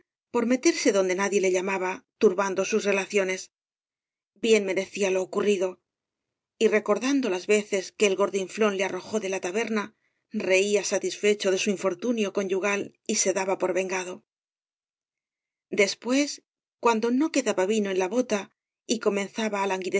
por njeterse donde nadie le llamaba turbando bus relaciones bien merecía lo ocurrido y recordando las vecea que el gordinflón le arrojó de la taberna reía satisfecho de su infortunio conyugal y se daba por vengado después cuando no quedaba vino en la bota y comenzaba